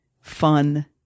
fun